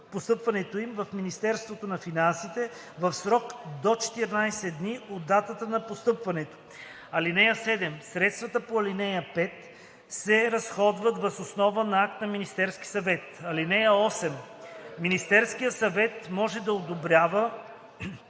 постъпването им в Министерството на финансите в срок до 14 дни от датата на постъпването. (7) Средствата по ал. 5 се разходват въз основа на акт на Министерския съвет. (8) Министерският съвет може да одобрява